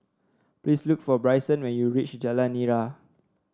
please look for Bryson when you reach Jalan Nira